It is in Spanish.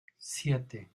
siete